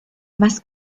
más